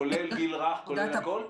כולל גיל הרך, כולל הכול?